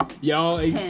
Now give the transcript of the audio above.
y'all